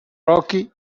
rocky